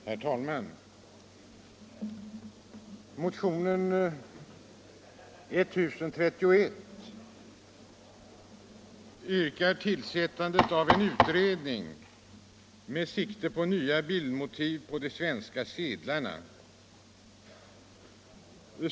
Herr talman! Motionen 1031 yrkar på tillsättandet av en utredning med sikte på nya bildmotiv på de svenska sedlarna.